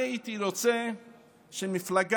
אני הייתי רוצה שמפלגה